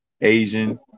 Asian